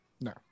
no